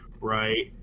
right